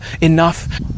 enough